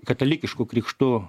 katalikišku krikštu